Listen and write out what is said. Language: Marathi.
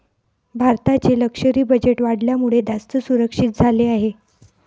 भारताचे लष्करी बजेट वाढल्यामुळे, जास्त सुरक्षित झाले आहे